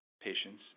patients